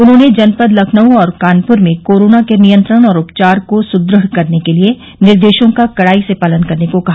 उन्होंने जनपद लखनऊ और कानपुर में कोरोना के नियंत्रण और उपचार को सुदृढ़ करने के लिये निर्देशों का कड़ाई से पालन करने को कहा